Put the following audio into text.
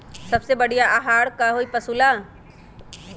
सबसे बढ़िया आहार का होई पशु ला?